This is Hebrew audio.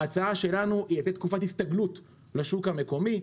ההצעה שלנו היא לתת תקופת הסתגלות לשוק המקומי.